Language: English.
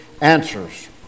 answers